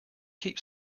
keep